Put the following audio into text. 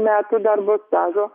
metų darbo stažo